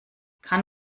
kann